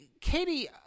Katie